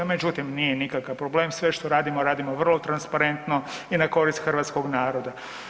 Međutim, nije nikakav problem, sve što radimo, radimo vrlo transparentno i na korist hrvatskog naroda.